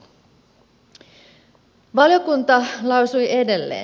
valiokunta lausui edelleen